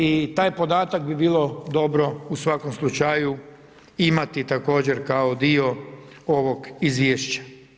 I taj podatak bi bilo dobro u svakom slučaju imati također kao dio ovog izvješća.